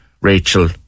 Rachel